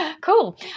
Cool